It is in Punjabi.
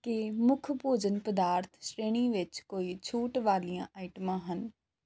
ਕੀ ਮੁੱਖ ਭੋਜਨ ਪਦਾਰਥ ਸ਼੍ਰੇਣੀ ਵਿੱਚ ਕੋਈ ਛੂਟ ਵਾਲੀਆਂ ਆਈਟਮਾਂ ਹਨ